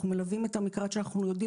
אנחנו מלווים את המקרה עד שאנחנו יודעים